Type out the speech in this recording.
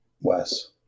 Wes